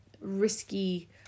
risky